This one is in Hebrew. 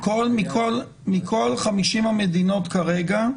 מכל 50 המדינות כרגע,